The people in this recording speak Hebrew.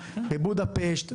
בבודפשט,